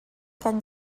kan